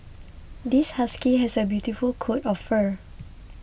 this husky has a beautiful coat of fur